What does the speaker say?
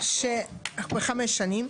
בחמש שנים.